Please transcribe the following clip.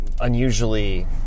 unusually